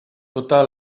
tota